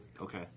Okay